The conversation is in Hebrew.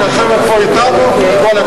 12 שעות לשבת פה אתנו, כל הכבוד.